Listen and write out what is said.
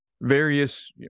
various